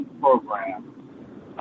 program